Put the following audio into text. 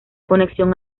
conexión